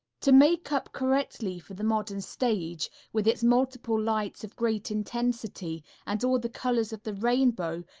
to makeup correctly for the modern stage, with its multiple lights of great intensity and all the colors of the rainbow,